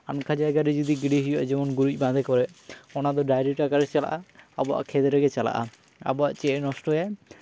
ᱟᱱᱠᱷᱟ ᱡᱟᱭᱜᱟ ᱨᱮ ᱜᱤᱰᱤ ᱦᱩᱭᱩᱜᱼᱟ ᱡᱮᱢᱚᱱ ᱜᱩᱨᱤᱡ ᱢᱟᱸᱫᱮ ᱠᱚᱨᱮᱜ ᱚᱱᱟ ᱫᱚ ᱰᱟᱭᱨᱮᱠᱴ ᱚᱠᱟᱨᱮ ᱪᱟᱞᱟᱜᱼᱟ ᱟᱵᱚᱣᱟᱜ ᱠᱷᱮᱛ ᱨᱮᱜᱮ ᱪᱟᱞᱟᱜᱼᱟ ᱟᱵᱚᱣᱟᱜ ᱪᱮᱫ ᱱᱚᱥᱴᱚᱭᱟᱭ